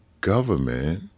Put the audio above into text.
government